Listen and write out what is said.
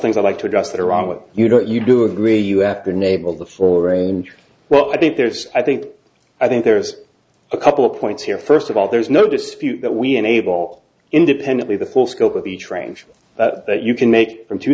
things i'd like to address that are wrong with you know you do agree you have been able the full range well i think there's i think i think there's a couple of points here first of all there's no dispute that we enable independently the full scope of each range that you can make from two